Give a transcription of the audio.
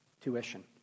tuition